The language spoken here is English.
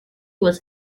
was